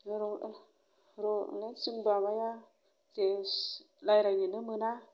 जों रायलायनोनो मोना